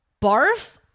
Barf